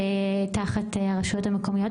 שהוא תחת הרשויות המקומיות,